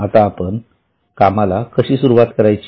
आता आपण कामाला कशी सुरवात करायची